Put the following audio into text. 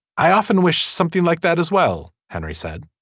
i often wished something like that as well henry said.